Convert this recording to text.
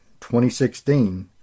2016